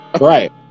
Right